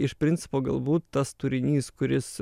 iš principo galbūt tas turinys kuris